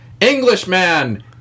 Englishman